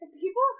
people